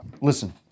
listen